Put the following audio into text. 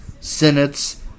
senates